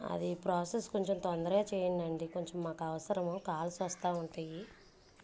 అది ప్రాసెస్ కొంచెం తొందరగా చేయండండి కొంచెం మాకు అవసరము కాల్స్ వస్తా ఉంటయ్యి